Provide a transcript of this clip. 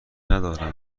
ندارم